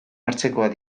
hartzekoak